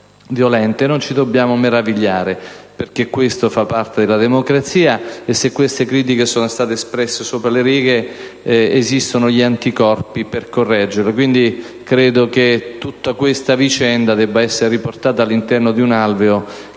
Non ci dobbiamo meravigliare, perché questo fa parte della democrazia, e se queste critiche sono state espresse sopra le righe esistono gli anticorpi per correggerle. Credo, quindi, che l'intera vicenda debba essere riportata all'interno di un alveo